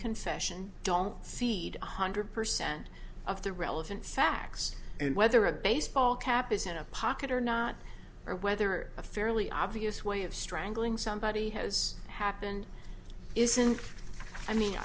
confession don't cede one hundred percent of the relevant facts and whether a baseball cap is in a pocket or not or whether a fairly obvious way of strangling somebody has happened isn't i mean